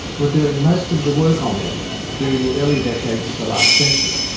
were doing most of the work on them during the early decades of the last century.